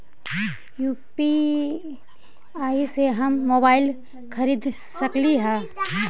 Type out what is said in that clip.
UPI से हम mobile खरिद सकलिऐ है